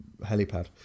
helipad